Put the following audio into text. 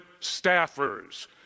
staffers